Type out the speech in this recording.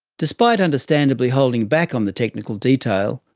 despite understandably holding back on the technical detail,